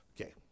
Okay